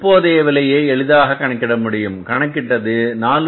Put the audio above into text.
இப்போது நாம் விலையை எளிதாக கணக்கிட முடியும் நாம் கணக்கிட்டது 4